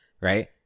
Right